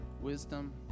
Wisdom